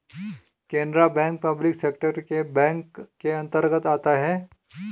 Canara bank public sector bank के अंतर्गत आता है